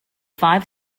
five